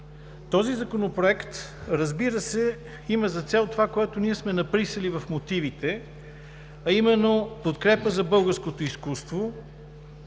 Този законопроект, разбира се, има за цел това, което ние сме написали в мотивите, а именно подкрепа за българското изкуство,